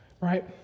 right